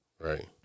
right